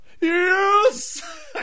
Yes